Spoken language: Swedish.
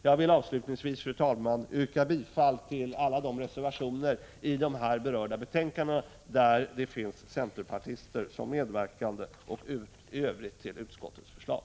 Jag vill avslutningsvis, fru talman, yrka bifall till alla de reservationer i de här berörda betänkandena där centerpartister har medverkat och i övrigt till utskottets hemställan.